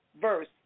verse